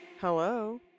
Hello